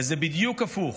וזה בדיוק הפוך.